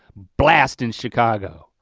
blastin' chicago.